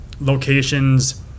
locations